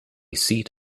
seat